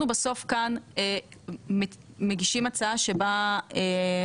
אנחנו בסוף כאן מגישים הצעה שבה הממשלה,